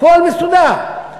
הכול מסודר.